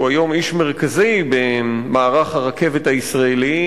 שהוא היום איש מרכזי במערך הרכבת הישראלית,